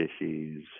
issues